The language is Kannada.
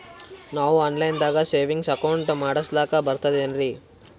ನಾವು ಆನ್ ಲೈನ್ ದಾಗ ಸೇವಿಂಗ್ಸ್ ಅಕೌಂಟ್ ಮಾಡಸ್ಲಾಕ ಬರ್ತದೇನ್ರಿ?